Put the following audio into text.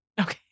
Okay